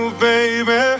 baby